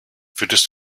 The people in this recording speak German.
würdest